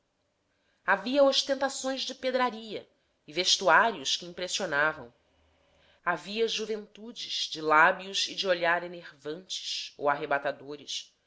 havia ostentações de pedraria e vestuários que impressionavam havia juventudes de lábios e de olhar enervantes ou arrebatadores